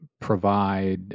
provide